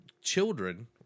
children